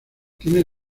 tiene